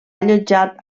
allotjat